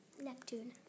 Neptune